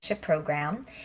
program